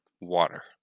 Water